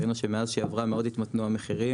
ראינו שמאז שהיא עברה מאוד התמתנו המחירים.